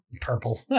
purple